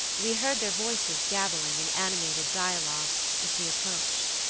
we heard their voices gabbling in animated dialogue as we approached.